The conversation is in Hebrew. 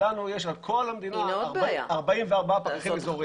לנו יש על כל המדינה 44 פקחים אזוריים.